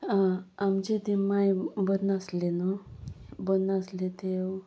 आमचे ती माय बरी नासले न्हू बरी नासले ती